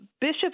bishop